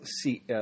see